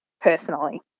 personally